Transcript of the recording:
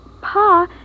Pa